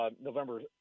November